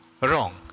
wrong